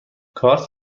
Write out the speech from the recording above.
کارت